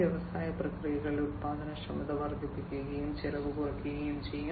വ്യാവസായിക പ്രക്രിയകളിൽ ഉൽപ്പാദനക്ഷമത വർദ്ധിക്കുകയും ചെലവ് കുറയ്ക്കുകയും ചെയ്യും